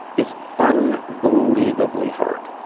is unbelievably hard.